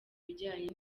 bijyanye